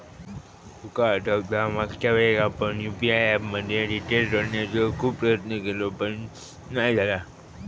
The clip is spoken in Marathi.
तुका आठवता मागच्यावेळेक आपण यु.पी.आय ऍप मध्ये डिटेल जोडण्याचो खूप प्रयत्न केवल पण नाय झाला